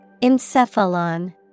Encephalon